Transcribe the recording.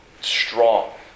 strong